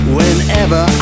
Whenever